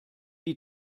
die